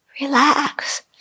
relax